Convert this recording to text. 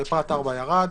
פרט 4 ירד.